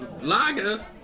lager